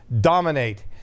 Dominate